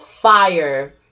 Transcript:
fire